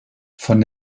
von